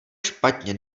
špatně